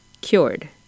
cured